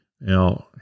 Now